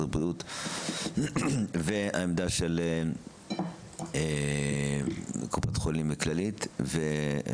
הבריאות והעמדה של קופת חולים כללית ונראה.